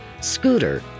Scooter